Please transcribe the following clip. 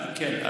כן.